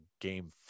game